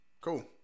cool